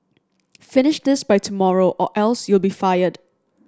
finish this by tomorrow or else you'll be fired